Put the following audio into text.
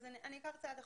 אני אקח צעד אחורה.